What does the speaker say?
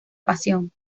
pasión